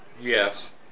Yes